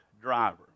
driver